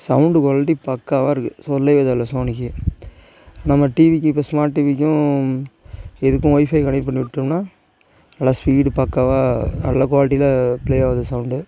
sound quality பக்காவாக இருக்குது சொல்லவே தேவையில்லை சோனிக்கு நம்ம டிவிக்கு இப்போ ஸ்மார்ட் டிவிக்கும் இதுக்கும் ஒய்ஃபை கனெக்ட் பண்ணி விட்டோம்னா நல்லா ஸ்பீடு பக்காவா நல்ல குவாலிட்டில பிளே ஆகுது சவுண்டு